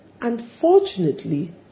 unfortunately